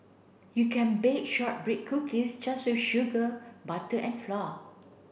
you can bake shortbread cookies just with sugar butter and flour